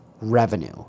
revenue